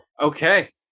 Okay